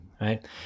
right